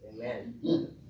Amen